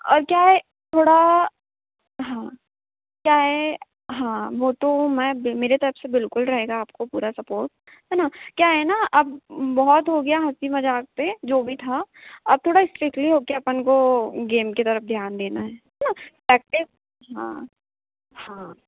और क्या है थोड़ा हाँ क्या है हाँ वह तो मैं मेरे तरफ से बिल्कुल रहेगा आपको पूरा सपोर्ट है न क्या है न अब बहुत हो गया हँसी मज़ाक पर जो भी था अब थोड़ा इस्ट्रिकली होकर अपन को गेम की तरफ ध्यान देना है है न प्रैक्टिस हाँ हाँ